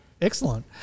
Excellent